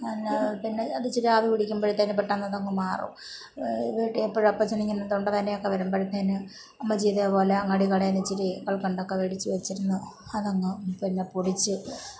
അല്ലാതെ പിന്നെ അത് ഇത്തിരി ആവി പിടിക്കുമ്പോഴത്തേനും പെട്ടെന്ന് അതങ്ങ് മാറും വീട്ടിൽ എപ്പോഴും അപ്പച്ചൻ ഇങ്ങനെ തൊണ്ടവേദന ഒക്കെ വരുമ്പോഴത്തേന് അമ്മച്ചി ഇതേപോലെ അങ്ങാടികടയിൽ നിന്ന് ഇത്തിരി കൽക്കണ്ടം ഒക്കെ മേടിച്ച് വെച്ചിരുന്ന് അതങ്ങ് പിന്നെ പൊടിച്ച്